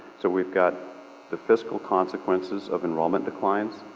so we've got the fiscal consequences of enrollment declines.